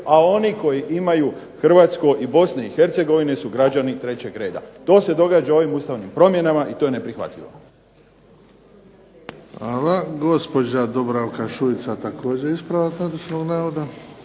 a oni koji imaju Hrvatsko i Bosne i Hercegovine su građani trećeg reda. To se događa u ovim Ustavnim promjenama i to je neprihvatljivo. **Bebić, Luka (HDZ)** Hvala. Gospođa Dubravka Šuica, također ispravak netočnog navoda.